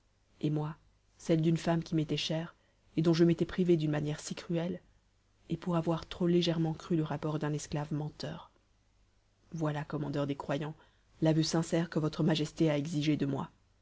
et moi celle d'une femme qui m'était chère et dont je m'étais privé d'une manière si cruelle et pour avoir trop légèrement cru le rapport d'un esclave menteur voilà commandeur des croyants l'aveu sincère que votre majesté a exigé de moi